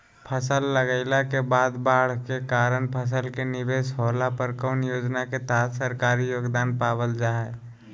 फसल लगाईला के बाद बाढ़ के कारण फसल के निवेस होला पर कौन योजना के तहत सरकारी योगदान पाबल जा हय?